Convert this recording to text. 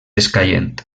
escaient